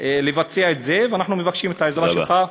לבצע את זה, ואנחנו מבקשים את העזרה לך.